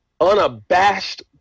unabashed